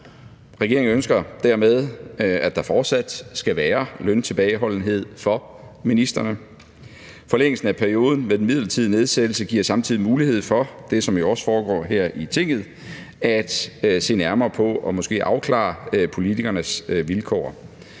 Regeringen ønsker dermed, at der fortsat skal være løntilbageholdenhed for ministrene. Forlængelsen af perioden med den midlertidige nedsættelse giver samtidig mulighed for det, som jo også foregår her i Tinget, om at se nærmere på og måske afklare politikernes vilkår,